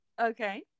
okay